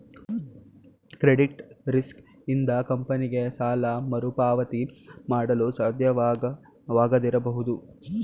credit risk ಇಂದ ಕಂಪನಿಗೆ ಸಾಲ ಮರುಪಾವತಿ ಮಾಡಲು ಸಾಧ್ಯವಾಗದಿರಬಹುದು